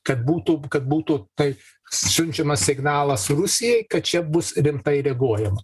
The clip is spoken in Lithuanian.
kad būtų kad būtų taip siunčiamas signalas rusijai kad čia bus rimtai reaguojama